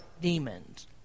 demons